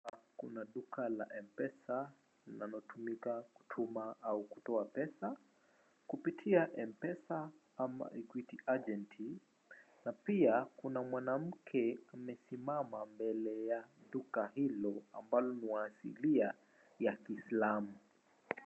Kuna duka la M-PESA linalotumika kutuma au kutoa pesa kupitia M-PESA ama Equity Agent na pia kuna mwanamke amesimama mbele ya duka hilo ambaye ni wa asilia ya kiislamu.